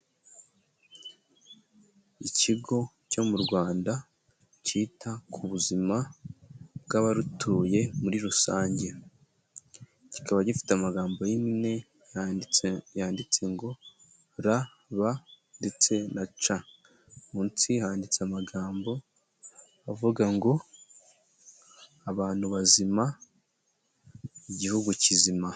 Ikigo cyo mu rwanda cyita ku buzima bw'abarutuye muri rusange, kikaba gifite amagambo y'impine yanditse yanditse ngo R, B ndetse na C, munsi handitse amagambo avuga ngo abantu bazima, igihugu kizima.